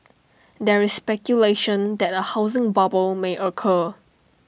there is speculation that A housing bubble may occur